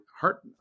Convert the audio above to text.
heart